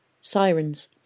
sirens